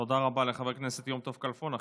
תודה רבה לחבר הכנסת יום טוב כלפון.